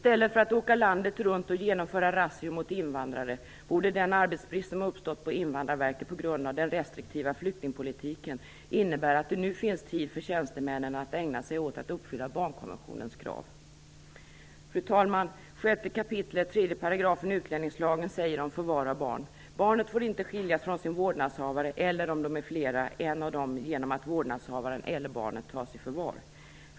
I stället för att åka landet runt och genomföra razzior mot invandrare borde den arbetsbrist som uppstått på Invandrarverket på grund av den restriktiva flyktingpolitiken innebära att det nu finns tid för tjänstemännen att ägna sig åt att uppfylla barnkonventionens krav. Fru talman! 6 kap. 3 § utlänningslagen säger om förvar av barn: Barnet får inte skiljas från sin vårdnadshavare eller, om de är flera, en av dem genom att vårdnadshavaren eller barnet tas i förvar.